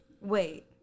wait